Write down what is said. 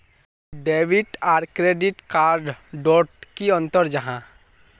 Debit आर credit card डोट की अंतर जाहा?